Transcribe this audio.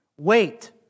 wait